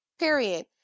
Period